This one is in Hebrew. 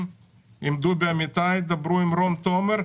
עם דובי אמיתי, דברו עם רון תומר,